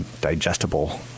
digestible